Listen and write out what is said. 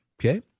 Okay